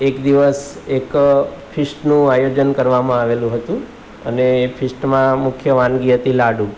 એક દીવસ એક ફિસ્ટનું આયોજન કરવામાં આવેલુ હતું અને એ ફિસ્ટમાં મુખ્ય વાનગી હતી લાડુ